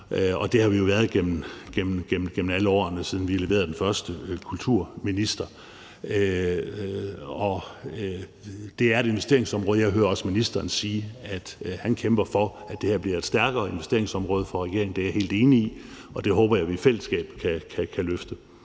Det har vi jo været igennem alle årene, siden vi leverede den første kulturminister. Det er et investeringsområde, og jeg hører også ministeren sige, at han kæmper for, at det her bliver et stærkere investeringsområde for regeringen. Det er jeg helt enig i, og det håber jeg at vi i fællesskab kan løfte.